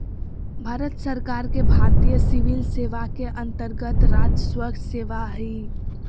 भारत सरकार के भारतीय सिविल सेवा के अन्तर्गत्त राजस्व सेवा हइ